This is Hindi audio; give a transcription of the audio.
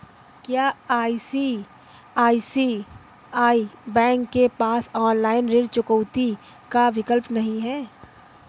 क्या आई.सी.आई.सी.आई बैंक के पास ऑनलाइन ऋण चुकौती का विकल्प नहीं है?